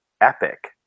epic